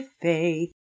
faith